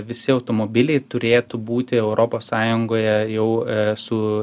visi automobiliai turėtų būti europos sąjungoje jau e su